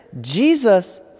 Jesus